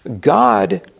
God